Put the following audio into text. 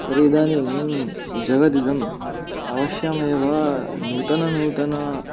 तर्हि इदानीं जगदिदम् अवश्यमेव नूतननूतन